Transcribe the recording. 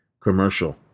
commercial